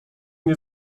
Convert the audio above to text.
nie